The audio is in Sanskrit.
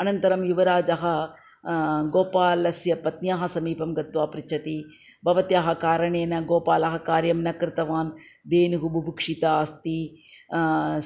अनन्तरं युवराजः गोपालस्य पत्न्याः समीपं गत्वा पृच्छति भवत्याः कारणेन गोपालः कार्यं न कृतवान् धेनुः बुभुक्षिता अस्ति